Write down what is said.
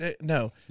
no